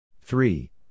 three